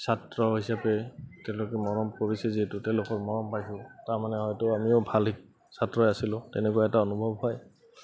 ছাত্ৰ হিচাপে তেওঁলোকে মৰম কৰিছে যিহেতু তেওঁলোকৰ মৰম পাইছোঁ তাৰমানে হয়তো আমিও ভাল ছাত্ৰই আছিলোঁ তেনেকুৱা এটা অনুভৱ হয়